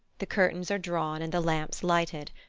the curtains are drawn, and the lamps lighted.